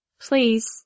Please